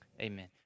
amen